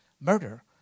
murder